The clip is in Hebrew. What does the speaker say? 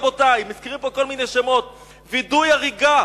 רבותי שמזכירים פה כל מיני שמות: וידוא הריגה